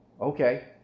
okay